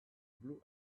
blue